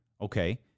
Okay